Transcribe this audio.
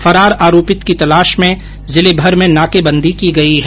फरार आरोपित की तलाश में जिलेभर में नाकेबंदी की गई है